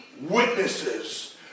witnesses